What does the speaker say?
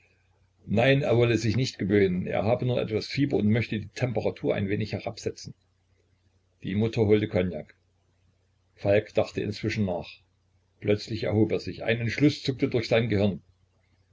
nein er wolle sich nicht gewöhnen er habe nur etwas fieber und möchte die temperatur ein wenig herabsetzen die mutter holte cognac falk dachte inzwischen nach plötzlich erhob er sich ein entschluß zuckte durch sein gehirn